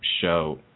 show